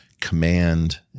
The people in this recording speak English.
command